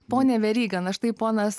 pone veryga na štai ponas